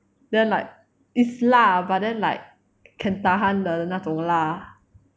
then like it's 辣 but then like can tahan 的那种辣